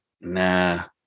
nah